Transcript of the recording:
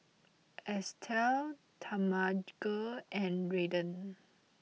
Estell Talmage and Redden